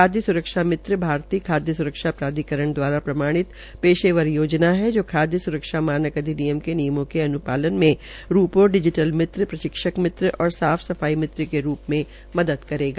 खाय सुरक्षा मित्र भारतीय खाद्य सुरक्षा प्राधिककरण द्वारा प्रमाणित पेशेवर योजना है जो खाय सुरक्षा अधिानियम के अनुपालन में रूपों डिजीटल मित्र प्रशिक्षक मित्र और साफ सफाई मित्र के रूप मे मदद करेगा